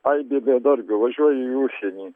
aibė bedarbių važiuoja į užsienį